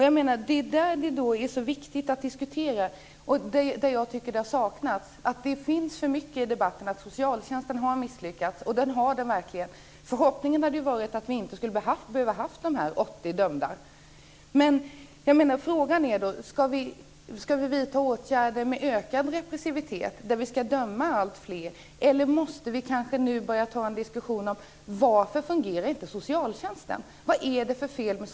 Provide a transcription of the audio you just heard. Jag menar att det är detta som det är så viktigt att diskutera, men jag tycker att det saknas en sådan diskussion. Man talar i debatten för mycket om att socialtjänsten har misslyckats, och det har den verkligen. Förhoppningen hade varit att vi inte skulle ha behövt fälla de aktuella 80 domarna. Frågan är om vi ska vidta åtgärder med ökad repressivitet som innebär att alltfler ska dömas eller om vi nu kanske måste börja ta upp en diskussion om varför socialtjänsten inte fungerar.